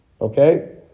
Okay